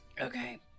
Okay